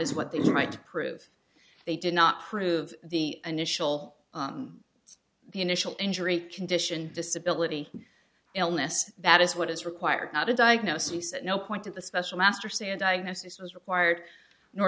is what they try to prove they did not prove the initial the initial injury condition disability illness that is what is required not a diagnosis at no point to the special master stand diagnosis was required nor